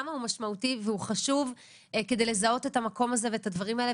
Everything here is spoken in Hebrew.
כמה הוא משמעותי וחשוב כדי לזהות את המקום הזה ואת הדברים האלה.